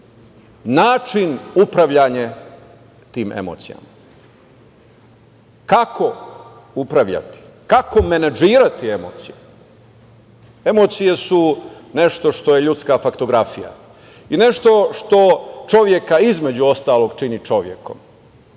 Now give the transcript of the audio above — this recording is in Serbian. način upravljanja tim emocijama. Kako upravljati, kako menadžirati emocije? Emocije su nešto što je ljudska faktografija i nešto što čoveka između ostalog čini čovekom.